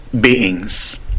beings